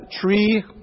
tree